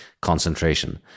concentration